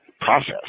process